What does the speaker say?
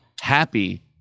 happy